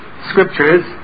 Scriptures